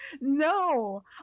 No